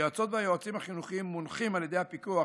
היועצות והיועצים החינוכיים מונחים על ידי הפיקוח